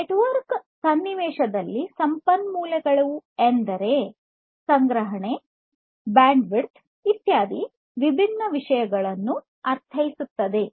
network ಗಳ ಸನ್ನಿವೇಶದಲ್ಲಿನ ಸಂಪನ್ಮೂಲಗಳು ಎಂದರೆ ಸಂಗ್ರಹಣೆ ಬ್ಯಾಂಡ್ವಿಡ್ತ್ ಇತ್ಯಾದಿ ವಿಭಿನ್ನ ವಿಷಯಗಳನ್ನು ಅರ್ಥೈಸುತ್ತವೆ